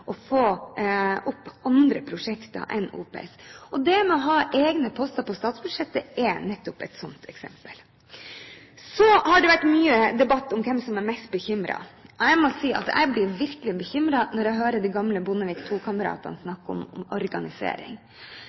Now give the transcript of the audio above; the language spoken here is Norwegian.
og få fram andre prosjekter enn OPS. Det med å ha egne poster på statsbudsjettet er nettopp et sånt eksempel. Så har det vært mye debatt om hvem som er mest bekymret. Jeg må si at jeg blir virkelig bekymret når jeg hører de gamle Bondevik II-kameratene snakke om